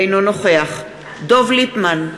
אינו נוכח דב ליפמן,